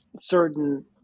certain